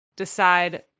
decide